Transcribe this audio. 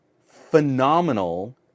phenomenal